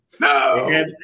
No